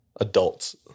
Adults